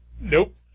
Nope